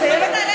אני מסיימת.